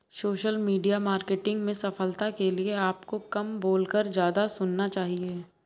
social media marketing में सफलता के लिए आपको कम बोलकर ज्यादा सुनना चाहिए